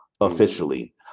officially